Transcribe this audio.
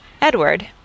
Edward